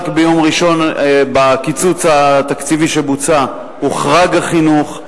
רק ביום ראשון בקיצוץ התקציבי שבוצע הוחרג החינוך,